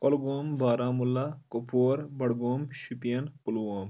Kulgam Baramulla Kupwara Budgam Shopian Pulwama